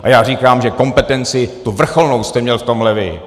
A já říkám, že kompetenci, tu vrcholnou, jste měl v tomhle vy!